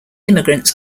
immigrants